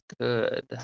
good